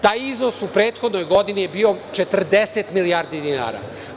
Taj iznos u prethodnoj godini je bio 40 milijardi dinara.